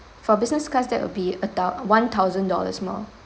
for business class that will be about one thousand dollars more